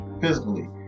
physically